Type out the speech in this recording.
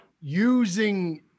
using